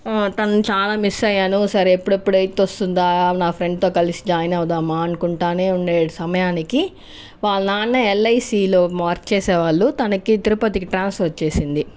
తనని చాలా మిస్ అయ్యాను సరే ఎప్పుడెప్పుడు ఎయిత్ వస్తుందా నా ఫ్రెండ్తో కలిసి జాయిన్ అవుదామా అనుకుంటు ఉండే సమయానికి వాళ్ళ నాన్న ఎల్ఐసీలో వర్క్ చేసే వాళ్ళు తనకి తిరుపతికి ట్రాన్స్ఫర్ వచ్చింది